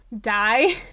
die